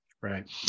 right